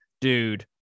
dude